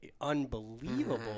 unbelievable